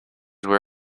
were